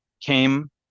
came